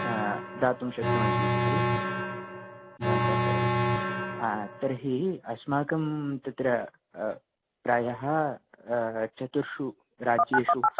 हं दातुं शक्नुवन्ति इति खलु भवन्तः सर्वे तर्हि अस्माकं तत्र प्रायः चतुर्षु राज्येषु